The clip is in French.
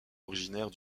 originaire